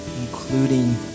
including